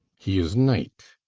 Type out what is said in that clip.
he is knight,